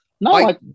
No